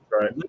Right